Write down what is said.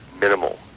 Minimal